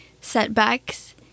setbacks